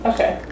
Okay